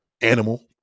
animal